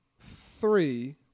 three